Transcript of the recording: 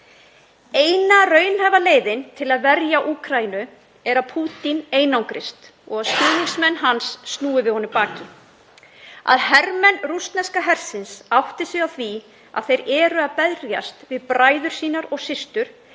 Eina raunhæfa leiðin til að verja Úkraínu er að Pútín einangrist og að stuðningsmenn hans snúi við honum baki. Að hermenn rússneska hersins átti sig á því að þeir eru að berjast við bræður sína og systur,